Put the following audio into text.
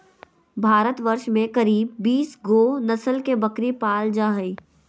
भारतवर्ष में करीब बीस गो नस्ल के बकरी पाल जा हइ